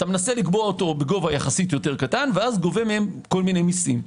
אתה מנסה לקבוע אותו בגובה יחסית קטן ואז גובה מהם כל מיני מיסים.